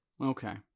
okay